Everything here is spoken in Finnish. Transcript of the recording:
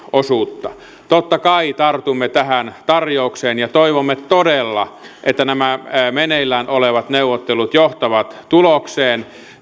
osuutta totta kai tartumme tähän tarjoukseen ja toivomme todella että nämä meneillään olevat neuvottelut johtavat tulokseen